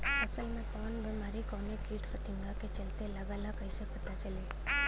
फसल में कवन बेमारी कवने कीट फतिंगा के चलते लगल ह कइसे पता चली?